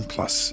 Plus